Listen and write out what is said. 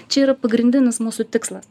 čia yra pagrindinis mūsų tikslas